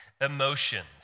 emotions